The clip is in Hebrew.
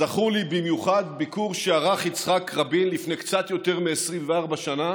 זכור לי במיוחד ביקור שערך יצחק רבין לפני קצת יותר מ-24 שנה